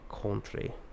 country